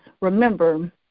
remember